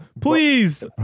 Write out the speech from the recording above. Please